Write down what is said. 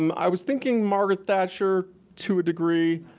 um i was thinking margaret thatcher to a degree.